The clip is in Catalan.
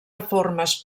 reformes